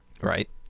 Right